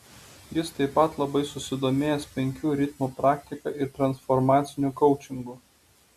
jis taip pat labai susidomėjęs penkių ritmų praktika ir transformaciniu koučingu